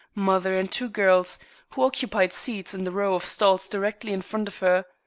mother, and two girls who occupied seats in the row of stalls directly in front of her.